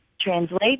translate